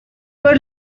were